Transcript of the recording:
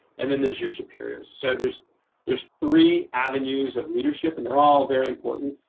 and then there's your superiors. so there's there's three avenues of leadership, and they're all very important.